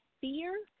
fear